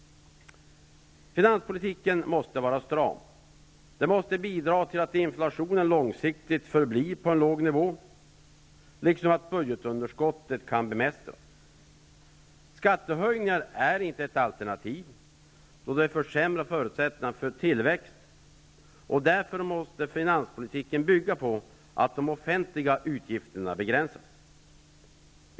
Finanspolitiken måste vara stram. Den måste bidra till att inflationen långsiktigt förblir på en låg nivå liksom till att budgetunderskottet kan bemästras. Skattehöjningar är inte ett alternativ, då de försämrar förutsättningarna för tillväxten. Därför måste finanspolitiken bygga på att de offentliga utgifterna begränsas.